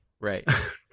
right